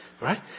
right